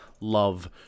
love